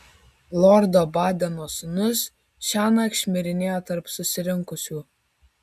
lordo badeno sūnus šiąnakt šmirinėjo tarp susirinkusių